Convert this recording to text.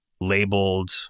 labeled